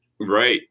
Right